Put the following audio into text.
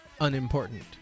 unimportant